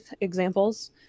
examples